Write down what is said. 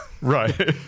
Right